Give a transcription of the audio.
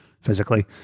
physically